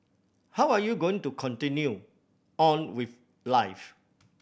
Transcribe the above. how are you going to continue on with life